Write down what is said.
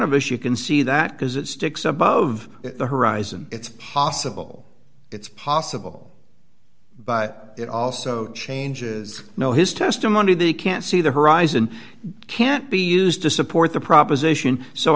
of us you can see that because it sticks above the horizon it's possible it's possible but it also changes know his testimony they can't see the horizon can't be used to support the proposition so